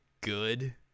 good